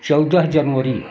चौदह जनवरी